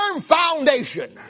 foundation